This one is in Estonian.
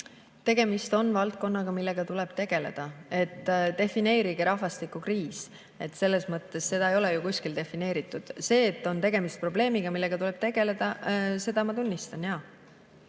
Tegemist on valdkonnaga, millega tuleb tegeleda. Defineerige rahvastikukriis. Seda ei ole ju kuskil defineeritud. Seda, et on tegemist probleemiga, millega tuleb tegeleda, ma tunnistan,